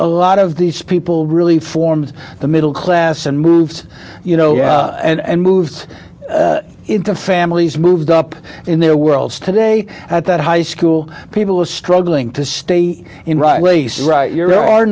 a lot of these people really forms the middle class and moved you know and moved into families moved up in their worlds today at that high school people are struggling to stay in right places right your are